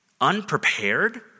Unprepared